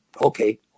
okay